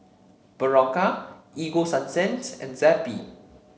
Berocca Ego Sunsense and Zappy